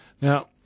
Now